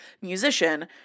musician